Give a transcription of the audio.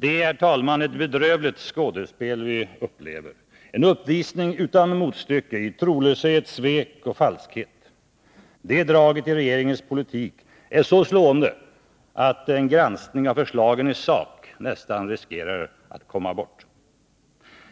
Det är, herr talman, ett bedrövligt skådespel vi upplever, en uppvisning utan motstycke i trolöshet, svek och falskhet. Detta drag i regeringens politik är så slående att en granskning av förslagen i sak nästan riskerar att komma bort.